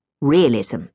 realism